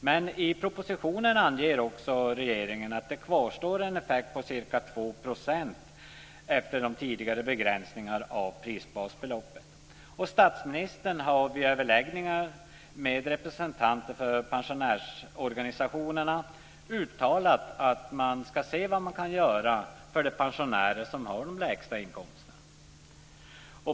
Men i propositionen anger regeringen också att det kvarstår en effekt på ca 2 % efter de tidigare begränsningarna av prisbasbeloppet. Statsministern har vid överläggningar med representanter för pensionärsorganisationerna uttalat att man ska se vad man kan göra för de pensionärer som har de lägsta inkomsterna.